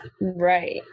Right